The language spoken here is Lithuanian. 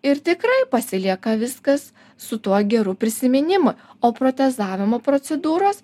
ir tikrai pasilieka viskas su tuo geru prisiminimu o protezavimo procedūros